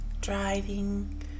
driving